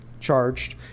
charged